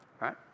right